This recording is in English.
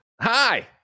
Hi